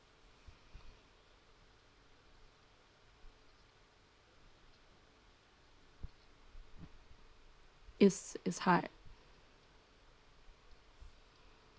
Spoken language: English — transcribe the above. is is hard